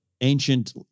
ancient